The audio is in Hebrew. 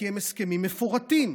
כי הם הסכמים מפורטים.